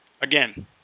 again